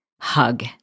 hug